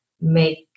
make